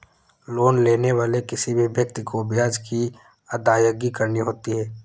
loan लेने वाले किसी भी व्यक्ति को ब्याज की अदायगी करनी होती है